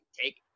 take